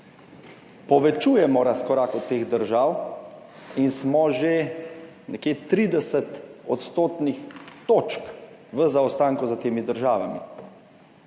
povečujemo razkorak od teh držav in smo že nekje 30 odstotnih točk v zaostanku za temi državami.